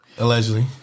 Allegedly